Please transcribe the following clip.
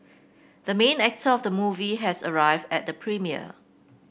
the main actor of the movie has arrived at the premiere